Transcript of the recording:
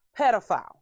pedophile